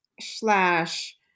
slash